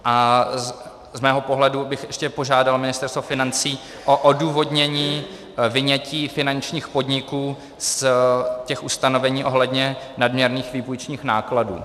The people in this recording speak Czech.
A z mého pohledu bych ještě požádal Ministerstvo financí o odůvodnění vynětí finančních podniků z ustanovení ohledně nadměrných výpůjčních nákladů.